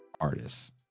artists